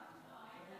אדוני היושב-ראש,